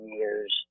years